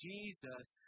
Jesus